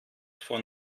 von